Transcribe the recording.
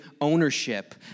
ownership